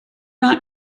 not